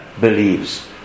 believes